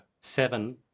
seven